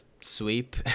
sweep